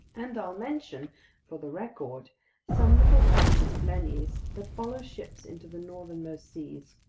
and i'll mention for the record some little banded blennies that follow ships into the northernmost seas,